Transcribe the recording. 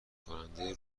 کننده